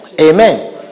Amen